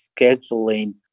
scheduling